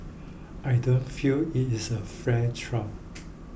I don't feel it is a fair trial